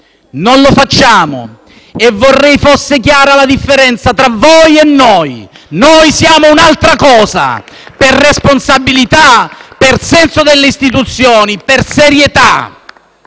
non lo facciamo. Vorrei fosse chiara la differenza tra voi e noi: noi siamo un'altra cosa per responsabilità, senso delle istituzioni e serietà.